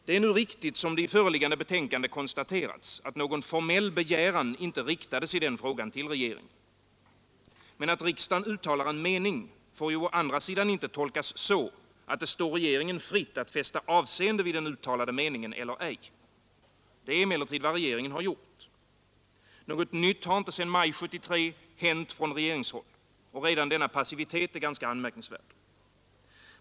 Det är riktigt som det i föreliggande betänkande konstaterats, att någon formell begäran inte riktades i den frågan till regeringen. Men att riksdagen uttalar en mening får ju å andra sidan inte tolkas så, att det står regeringen fritt att fästa avseende vid den uttalade meningen eller ej. Det är emellertid vad regeringen har gjort. Något nytt har inte sedan maj 1973 hänt från regeringshåll. Redan denna passivitet är ganska anmärkningsvärd.